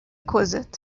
کوزتچون